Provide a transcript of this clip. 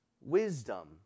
wisdom